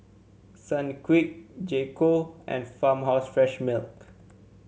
Sunquick J Co and Farmhouse Fresh Milk